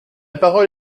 parole